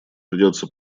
придется